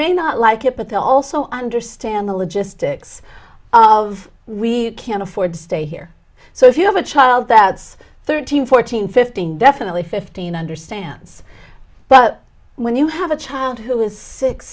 may not like it but they also understand the logistics of we can't afford to stay here so if you have a child that's thirteen fourteen fifteen definitely fifteen understands but when you have a child who is six